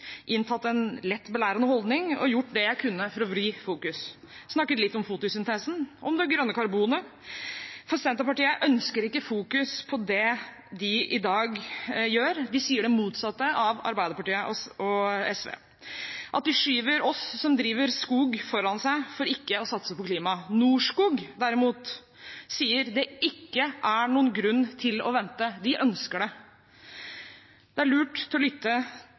inntatt en lett belærende holdning og gjort det jeg kunne for å vri fokus – snakket litt om fotosyntesen og om det grønne karbonet. For Senterpartiet ønsker ikke fokus på det de i dag gjør. De sier det motsatte av Arbeiderpartiet og SV – de skyver oss som driver skog, foran seg for ikke å satse på klima. Norskog derimot sier det ikke er noen grunn til å vente. De ønsker det. Det er lurt å lytte